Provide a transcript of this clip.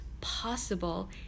possible